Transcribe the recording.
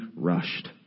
rushed